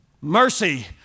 Mercy